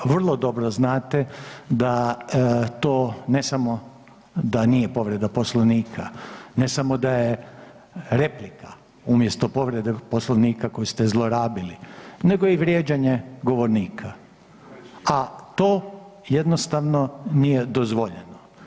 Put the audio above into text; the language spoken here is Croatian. Vrlo dobro znate da to ne samo da nije povreda Poslovnika, ne samo da je replika umjesto povrede Poslovnika koji ste zlorabili, nego je i vrijeđanje govornika, a to jednostavno nije dozvoljeno.